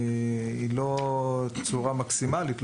היא לא אופטימלית,